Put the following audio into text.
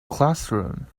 classroom